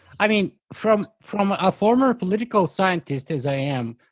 i mean, from from a former political scientist, as i am,